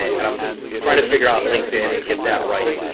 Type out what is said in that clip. and i'm tryin' to figure out linkdin and get that right.